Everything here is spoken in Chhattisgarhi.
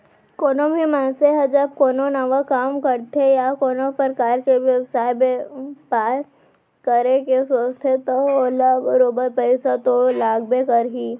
कोनो भी मनसे ह जब कोनो नवा काम करथे या कोनो परकार के बयपार बेवसाय करे के सोचथे त ओला बरोबर पइसा तो लागबे करही